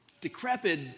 decrepit